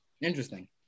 Interesting